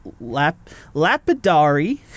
Lapidary